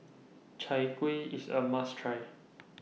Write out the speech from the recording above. Chai Kuih IS A must Try